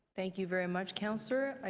thank you very much, councillor.